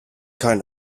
kind